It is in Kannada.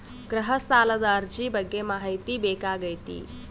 ಗೃಹ ಸಾಲದ ಅರ್ಜಿ ಬಗ್ಗೆ ಮಾಹಿತಿ ಬೇಕಾಗೈತಿ?